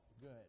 good